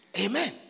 Amen